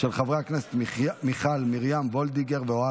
חבר הכנסת אלי דלל, להוסיף אותו לפרוטוקול, בעד.